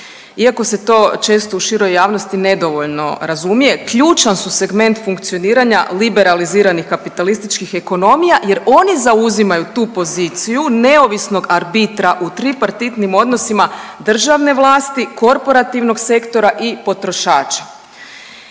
iako se to često u široj javnosti nedovoljno razumije ključan su segment funkcioniranja liberaliziranih kapitalističkih ekonomija jer oni zauzimaju tu poziciju neovisnog arbitra u tripartitnim odnosima državne vlasti, korporativnog sektora i potrošača.